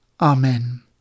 Amen